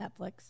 Netflix